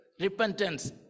Repentance